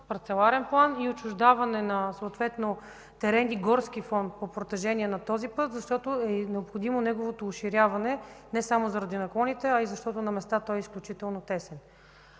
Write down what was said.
парцеларен план и отчуждаване на съответно терени – горски фонд по протежение на този път, защото е необходимо неговото оширяване, не само заради наклоните, а и защото на места той е изключително тесен.